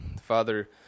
Father